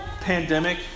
pandemic